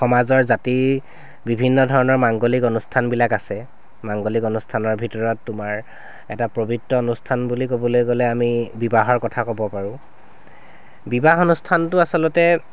সমাজৰ জাতি বিভিন্ন ধৰণৰ মাংগলিক অনুষ্ঠানবিলাক আছে মাংগলিক অনুষ্ঠানৰ ভিতৰত তোমাৰ এটা পবিত্ৰ অনুষ্ঠান বুলি ক'বলৈ গ'লে আমি বিবাহৰ কথা ক'ব পাৰোঁ বিবাহ অনুষ্ঠানটো আচলতে